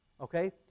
okay